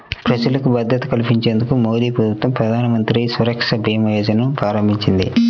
ప్రజలకు భద్రత కల్పించేందుకు మోదీప్రభుత్వం ప్రధానమంత్రి సురక్ష భీమా యోజనను ప్రారంభించింది